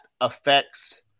affects